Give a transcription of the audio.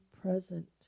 present